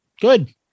Good